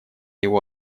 его